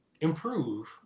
improve